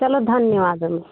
चलो धन्यवाद